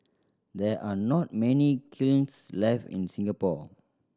there are not many kilns left in Singapore